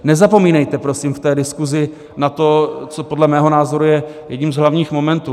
Nezapomínejte prosím v té diskusi na to, co je podle mého názoru jedním z hlavních momentů.